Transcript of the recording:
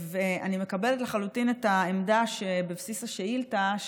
אני מקבלת לחלוטין את העמדה שבבסיס השאילתה,